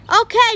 Okay